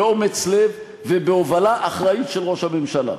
באומץ לב ובהובלה אחראית של ראש הממשלה.